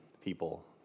people